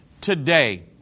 today